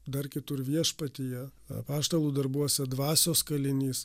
dar kitur viešpatyje apaštalų darbuose dvasios kalinys